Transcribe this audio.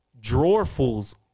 drawerfuls